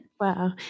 Wow